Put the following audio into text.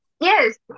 Yes